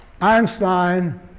Einstein